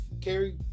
Carrie